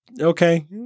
okay